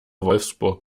wolfsburg